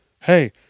Hey